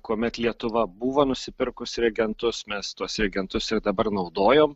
kuomet lietuva buvo nusipirkus reagentus mes tuos reagentus ir dabar naudojom